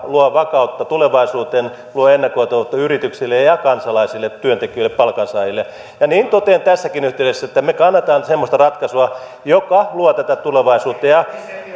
luo vakautta tulevaisuuteen luo ennakoitavuutta yrityksille ja ja kansalaisille työntekijöille palkansaajille ja niin totean tässäkin yhteydessä että että me kannatamme semmoista ratkaisua joka luo tätä tulevaisuutta ja